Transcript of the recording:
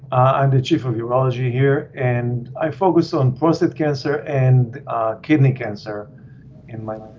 i'm the chief of urology here, and i focus on prostate cancer and kidney cancer in my